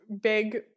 big